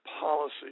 policy